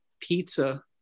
pizza